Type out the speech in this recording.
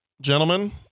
gentlemen